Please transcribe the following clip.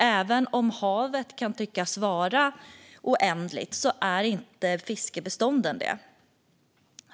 Även om haven kan tyckas vara oändliga är inte fiskbestånden det.